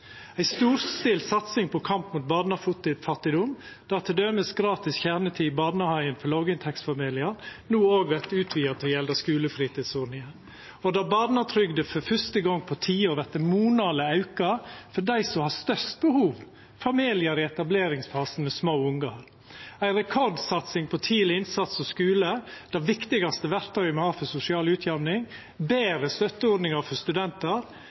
ei storstilt satsing på kamp mot barnefattigdom, der t.d. gratis kjernetid i barnehagen for låginntektsfamiliar no òg vert utvida til å gjelda skulefritidsordninga, og der barnetrygda for fyrste gong på ti år vert monaleg auka for dei som har størst behov – familiar i etableringsfasen med små ungar. Det er ei rekordsatsing på tidleg innsats i skulen, det viktigaste verktøyet me har for sosial utjamning. Det er betre støtteordningar for studentar.